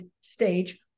stage